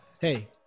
Hey